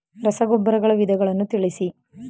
ರಸಗೊಬ್ಬರಗಳ ವಿಧಗಳನ್ನು ತಿಳಿಸಿ?